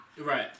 right